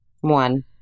One